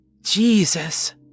Jesus